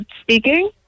Speaking